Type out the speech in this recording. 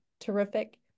terrific